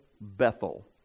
Bethel